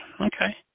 Okay